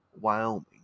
Wyoming